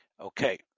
Okay